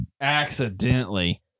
accidentally